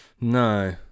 No